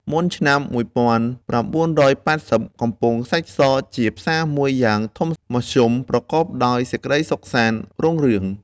មុនឆ្នាំ ១៩៨០ កំពង់ខ្សាច់ស ជាផ្សារមួយយ៉ាងធំមធ្យម ប្រកបដោយសេចក្តីសុខសប្បាយរុងរឿង។